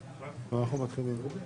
שלום לכולם,